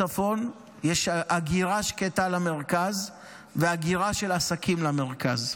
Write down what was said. בצפון יש הגירה שקטה למרכז והגירה של עסקים למרכז.